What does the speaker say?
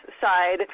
side